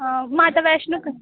हां माता वैशनो इक